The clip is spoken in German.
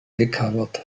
gecovert